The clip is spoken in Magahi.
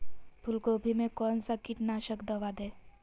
फूलगोभी में कौन सा कीटनाशक दवा दे?